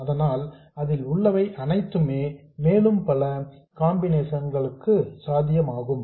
அதனால் அதில் உள்ளவை அனைத்துமே மேலும் பல காம்பினேஷன்ஸ் களுக்கு சாத்தியமாகும்